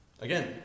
Again